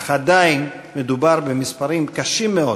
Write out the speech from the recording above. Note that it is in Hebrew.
אך עדיין מדובר במספרים קשים מאוד,